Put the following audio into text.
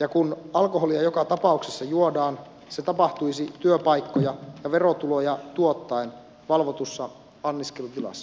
ja kun alkoholia joka tapauksessa juodaan se tapahtuisi työpaikkoja ja verotuloja tuottaen valvotussa anniskelutilassa